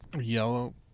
Yellow